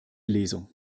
lesung